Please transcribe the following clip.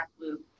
loop